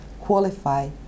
qualify